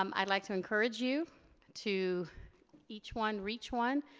um i'd like to encourage you to each one reach one,